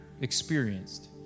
experienced